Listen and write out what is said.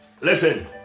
Listen